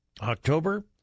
October